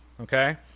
okay